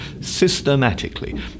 systematically